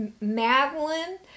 Madeline